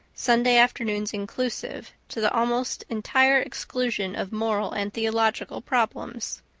sunday afternoons inclusive, to the almost entire exclusion of moral and theological problems.